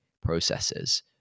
processes